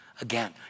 again